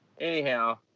Anyhow